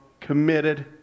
committed